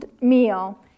meal